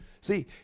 See